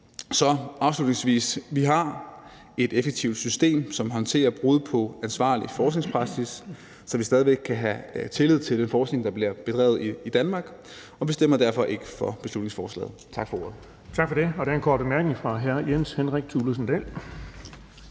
Så afslutningsvis: Vi har et effektivt system, som håndterer brud på ansvarlig forskningspraksis, så vi stadig væk kan have tillid til den forskning, der bliver bedrevet i Danmark, og vi stemmer derfor ikke for beslutningsforslaget. Tak for ordet.